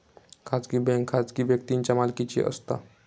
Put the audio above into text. खाजगी बँक खाजगी व्यक्तींच्या मालकीची असता